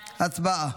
הצבעה.